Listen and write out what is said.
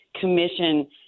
Commission